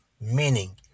meaning